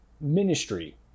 ministry